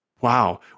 Wow